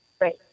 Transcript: Right